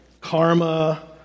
karma